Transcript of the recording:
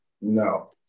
no